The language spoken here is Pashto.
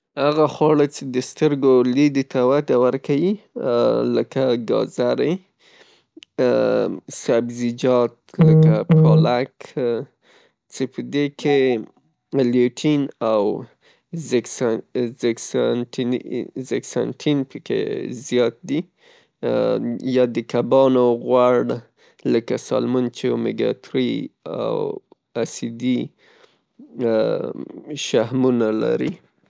هغه خواړه څې د سترګو لید ته وده ورکيي، لکه ګاذرې، سبزیجات لکه پالک څې پدې کې ليټین او زیکسانټ، زیک سانټین پکې زیات دي، یا د کبانو غوړ، لکه سالمون چه اومیګا تري او اسیدي شحمونه لري.